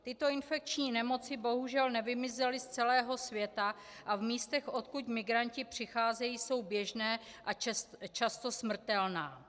Tyto infekční nemoci bohužel nevymizely z celého světa a v místech, odkud migranti přicházejí, jsou běžné a často smrtelné.